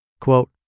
Quote